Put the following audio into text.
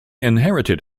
inherited